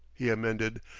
he amended,